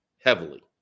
heavily